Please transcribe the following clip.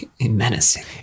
menacing